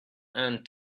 and